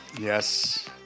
Yes